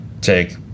take